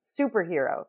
superhero